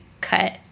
cut